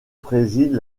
préside